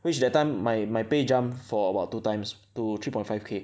which that time my my pay jumped for about two times to three point five K